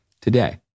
today